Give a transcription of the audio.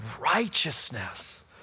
righteousness